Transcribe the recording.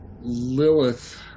Lilith